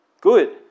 good